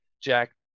Jack